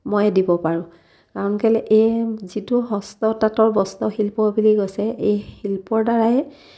ময়ে দিব পাৰোঁ কাৰণ কেলৈ এই যিটো হস্ততাঁতৰ বস্ত্ৰশিল্প বুলি কৈছে এই শিল্পৰ দ্বাৰাই